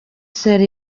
sarr